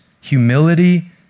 humility